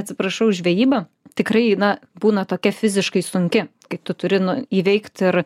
atsiprašau žvejyba tikrai na būna tokia fiziškai sunki kai tu turi įveikt ir